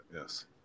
Yes